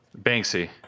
Banksy